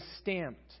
stamped